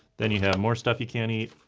then you have more stuff you can't eat,